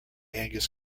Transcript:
angus